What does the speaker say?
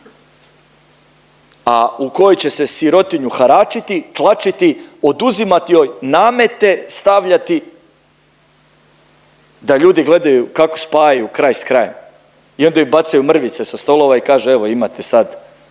a u kojoj će se sirotinju haračiti, tlačiti, oduzimati joj, namete stavljati da ljudi gledaju kako spajaju kraj s krajem i onda im bacaju mrvice sa stola ovaj kaže evo imate sad